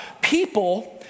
people